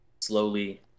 slowly